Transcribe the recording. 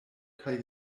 kaj